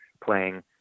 playing